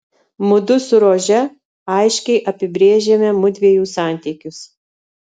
mudu su rože aiškiai apibrėžėme mudviejų santykius